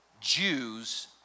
Jews